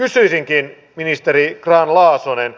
kysyisinkin ministeri grahn laasonen